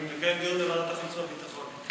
לקיים דיון בוועדת החוץ והביטחון.